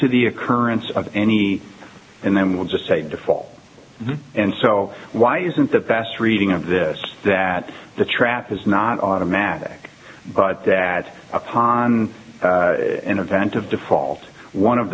to the occurrence of any and then we'll just say default and so why isn't the best reading of this that the trap is not automatic but that upon an event of default one of